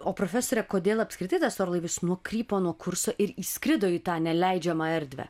o profesore kodėl apskritai tas orlaivis nukrypo nuo kurso ir įskrido į tą neleidžiamą erdvę